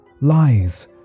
Lies